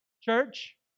Church